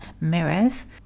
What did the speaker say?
Mirrors